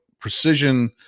precision